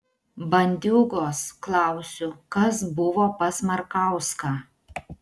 bandiūgos klausiu kas buvo pas markauską